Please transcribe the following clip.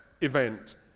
event